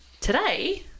today